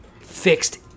fixed